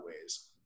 ways